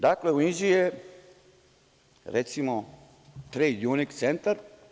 Dakle u Inđiji je, recimo „Trejd junik“ centar.